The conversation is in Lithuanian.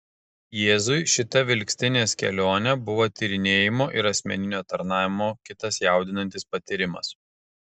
jėzui šita vilkstinės kelionė buvo tyrinėjimo ir asmeninio tarnavimo kitas jaudinantis patyrimas